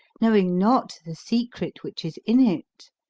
knowing not the secret which is in it.